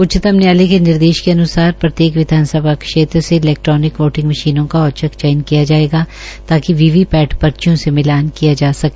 उच्चतम न्यायालय के निर्देश के अन्सार प्रत्येक विधानसभा क्षेत्र से इलैक्ट्रोनिक वोटिंग मशीनों का औचक चयन किया जायेगा ताकि वीवी पैट शर्चियों से मिलान किया जा सके